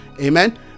amen